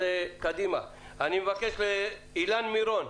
בבקשה, אילן מירון.